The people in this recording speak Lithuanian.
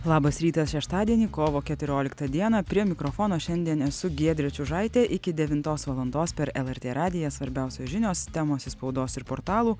labas rytas šeštadienį kovo keturioliktą dieną prie mikrofono šiandien esu giedrė čiužaitė iki devintos valandos per lrt radiją svarbiausios žinios temos iš spaudos ir portalų